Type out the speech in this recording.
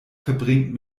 verbringt